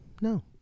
No